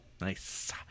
Nice